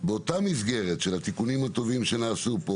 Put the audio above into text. באותה מסגרת של התיקונים הטובים שנעשו כאן,